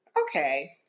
Okay